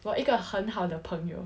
我一个很好的朋友